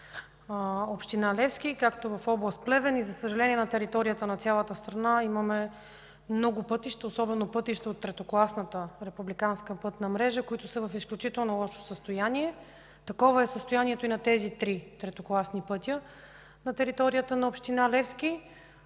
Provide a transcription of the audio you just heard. община Левски, както в област Плевен и, за съжаление, на територията на цялата страна имаме много пътища, особено пътища от третокласната републиканска пътна мрежа, които са в изключително лошо състояние. Такова е състоянието и на тези три третокласни пътя на територията на община Левски.